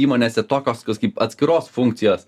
įmonėse tokios kaip atskiros funkcijos